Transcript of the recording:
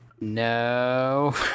No